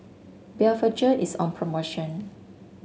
Blephagel is on promotion